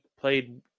played